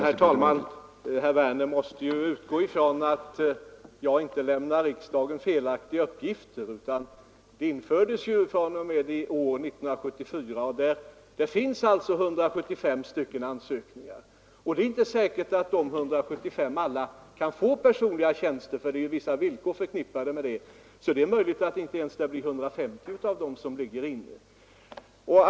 Herr talman! Herr Werner måste utgå ifrån att jag inte lämnar riksdagen felaktiga uppgifter. De personliga tjänsterna finns ju fr.o.m. i år, och det har alltså inkommit 175 ansökningar. Det är inte säkert att alla dessa sökande kan få personliga tjänster, eftersom vissa villkor är förknippade därmed. Det är möjligt att inte ens 150 ansökningar kommer att bifallas.